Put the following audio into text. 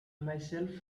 myself